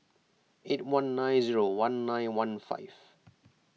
eight one nine zero one nine one five